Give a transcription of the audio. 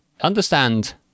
understand